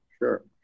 sure